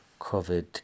covid